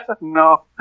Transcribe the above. No